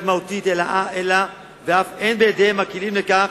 מהותיות אלה ואף אין בידיהם הכלים לכך,